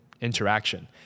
interaction